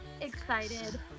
excited